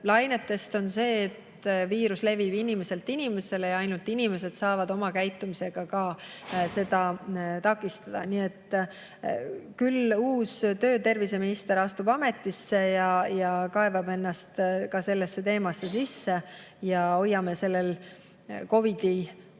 lainetest, on see, et viirus levib inimeselt inimesele ja ainult inimesed saavad oma käitumisega seda takistada. Küll uus tervise- ja tööminister astub ametisse ja kaevab ennast ka sellesse teemasse sisse. Me hoiame COVID‑i